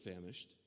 famished